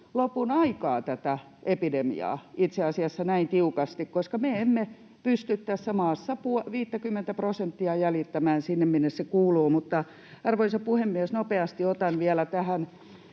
lopun aikaa tätä epidemiaa näin tiukasti, koska me emme pysty tässä maassa 50:tä prosenttia jäljittämään sinne, minne se kuuluu. Arvoisa puhemies! Nopeasti otan vielä tähän